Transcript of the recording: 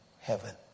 heaven